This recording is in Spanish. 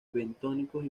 bentónicos